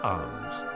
arms